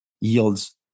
yields